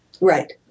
Right